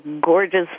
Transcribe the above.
gorgeous